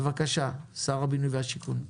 בבקשה, שר הבינוי והשיכון.